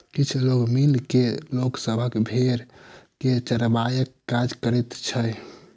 किछ लोक मिल के लोक सभक भेंड़ के चरयबाक काज करैत छै